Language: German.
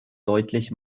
deutlich